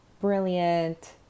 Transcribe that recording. brilliant